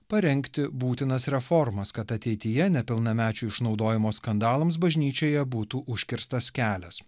parengti būtinas reformas kad ateityje nepilnamečių išnaudojimo skandalams bažnyčioje būtų užkirstas kelias